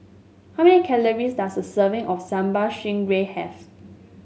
how many calories does a serving of Sambal Stingray have